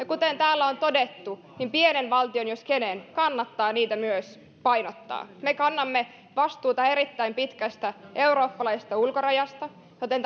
kuten täällä on todettu pienen valtion jos kenen kannattaa niitä myös painottaa me kannamme vastuuta erittäin pitkästä eurooppalaisesta ulkorajasta joten